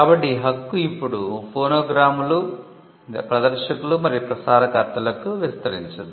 కాబట్టి ఈ హక్కు ఇప్పుడు ఫోనోగ్రామ్లు ప్రదర్శకులు మరియు ప్రసారకర్తలకు విస్తరించింది